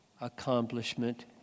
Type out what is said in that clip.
accomplishment